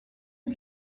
une